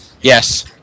Yes